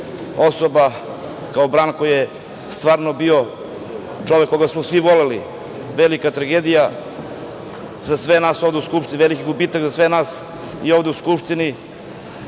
Osoba kao Branko je stvarno bio čovek koga smo svi voleli. Velika tragedija za sve nas ovde u Skupštini, veliki gubitak za sve nas i ovde u Skupštini